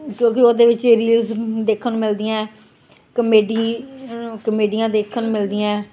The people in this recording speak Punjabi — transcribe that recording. ਕਿਉਂਕਿ ਉਹਦੇ ਵਿੱਚ ਰੀਲਜ਼ ਦੇਖਣ ਨੂੰ ਮਿਲਦੀਆਂ ਕਮੇਡੀ ਕਮੇਡੀਆਂ ਦੇਖਣ ਨੂੰ ਮਿਲਦੀਆਂ